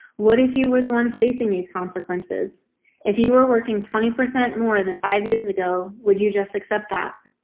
what if you were the ones facing these consequences if you were working twenty percent more than five years ago, would you just accept that?